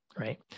right